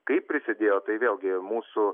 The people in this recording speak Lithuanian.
kaip prisidėjo tai vėlgi mūsų